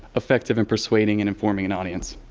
effective in persuading and informing an audience.